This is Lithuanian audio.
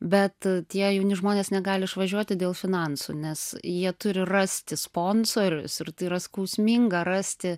bet tie jauni žmonės negali išvažiuoti dėl finansų nes jie turi rasti sponsorių ir tai yra skausminga rasti